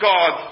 God